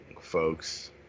folks